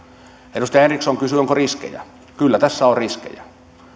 edustaja henriksson kysyi onko riskejä kyllä tässä on riskejä